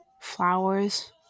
Flowers